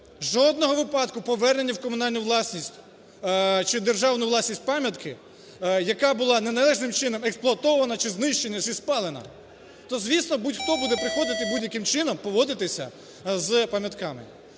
Жодного випадку повернення в комунальну власність чи державну власність пам'ятки, яка була неналежним чином експлуатована чи знищена, чи спалена, то, звісно, будь-хто буде приходити і будь-яким чином поводитися з пам'ятками.